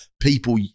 people